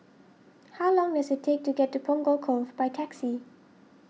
how long does it take to get to Punggol Cove by taxi